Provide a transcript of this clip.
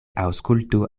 aŭskultu